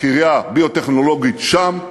קריה ביו-טכנולוגית שם,